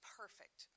perfect